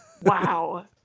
Wow